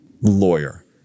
lawyer